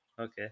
okay